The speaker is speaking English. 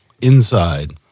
inside